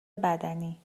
بدنی